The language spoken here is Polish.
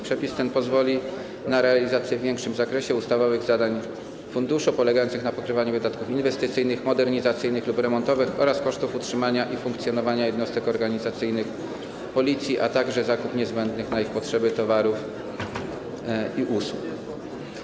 Przepis ten pozwoli na realizację w większym zakresie ustawowych zadań funduszu polegających na pokrywaniu wydatków inwestycyjnych, modernizacyjnych lub remontowych oraz kosztów utrzymania i funkcjonowania jednostek organizacyjnych Policji, a także zakup na ich potrzeby niezbędnych towarów i usług.